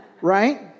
Right